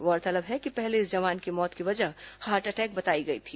गौरतलब है कि पहले इस जवान की मौत की वजह हार्टअटैक बताई गई थी